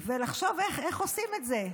ולחשוב איך עושים את זה.